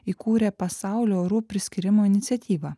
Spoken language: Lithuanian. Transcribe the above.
įkūrė pasaulio orų priskyrimo iniciatyvą